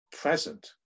present